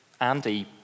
Andy